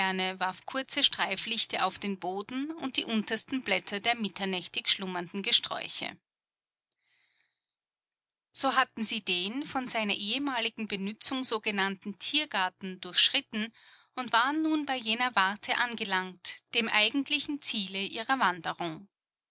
kurze streiflichte auf den boden und die untersten blätter der mitternächtig schlummernden gesträuche so hatten sie den von seiner ehemaligen benützung so genannten tiergarten durchschritten und waren nun bei jener warte angelangt dem eigentlichen ziele ihrer wanderung